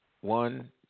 one